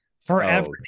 forever